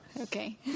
Okay